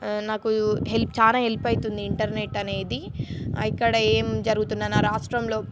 నాకు హెల్ప్ చాలా హెల్ప్ అవుతుంది ఇంటర్నెట్ అనేది ఇక్కడ ఏమి జరుగుతున్న నా రాష్ట్రంలో